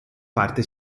parte